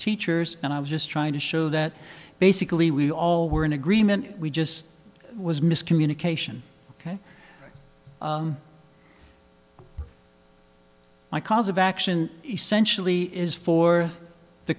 teachers and i was just trying to show that basically we all were in agreement we just was miscommunication ok my cause of action essentially is fourth the